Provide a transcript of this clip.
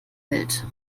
welt